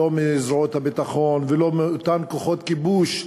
לא מזרועות הביטחון ולא מאותם כוחות כיבוש,